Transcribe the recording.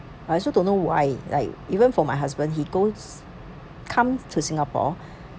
I also don't know why like even for my husband he goes comes to singapore